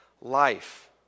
life